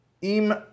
Im